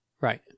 Right